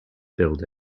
build